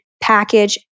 package